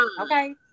okay